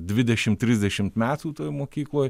dvidešimt trisdešimt metų toj mokykloj